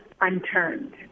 unturned